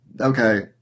Okay